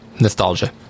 nostalgia